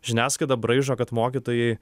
žiniasklaida braižo kad mokytojai